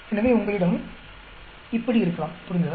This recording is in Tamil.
எனவே உங்களிடம் இப்படி இருக்கலாம் புரிந்ததா